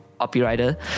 copywriter